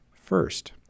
first